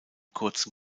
kurzen